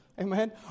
Amen